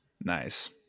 nice